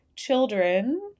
children